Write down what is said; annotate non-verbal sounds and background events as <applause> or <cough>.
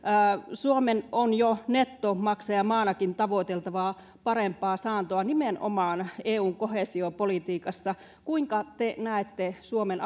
suomen on jo nettomaksajamaanakin tavoiteltava parempaa saantoa nimenomaan eun koheesiopolitiikassa kuinka te näette suomen <unintelligible>